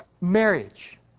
Marriage